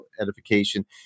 edification